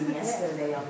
yesterday